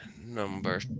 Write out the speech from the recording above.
number